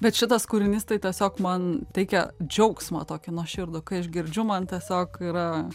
bet šitas kūrinys tai tiesiog man teikia džiaugsmą tokį nuoširdų kai aš girdžiu man tiesiog yra